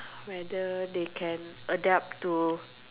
whether they can adapt to